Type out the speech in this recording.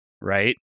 Right